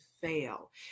fail